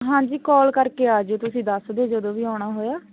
ਹਾਂਜੀ ਕਾਲ ਕਰਕੇ ਆ ਜਿਓ ਤੁਸੀਂ ਦੱਸ ਦਿਓ ਜਦੋਂ ਵੀ ਆਉਣਾ ਹੋਇਆ